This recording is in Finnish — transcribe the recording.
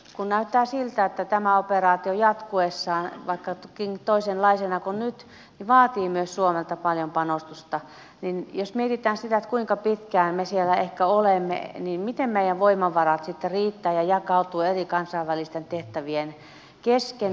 kun näyttää siltä että tämä operaatio jatkuessaan vaikkakin toisenlaisena kuin nyt vaatii myös suomelta paljon panostusta niin jos mietitään sitä kuinka pitkään me siellä ehkä olemme niin miten meidän voimavaramme sitten riittävät ja jakautuvat eri kansainvälisten tehtävien kesken